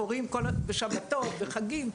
בשבתות וחגים,